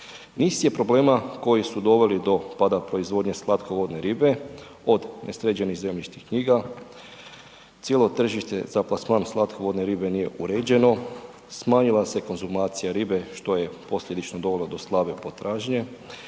Niz je problema koji su doveli do pada proizvodnje slatkovodne ribe od nesređenih zemljišnih knjiga, cijelo tržište za plasman slatkovodne ribe nije uređeno, smanjila se konzumacija ribe što je posljedično dovelo do slabe potražnje.